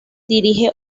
dirige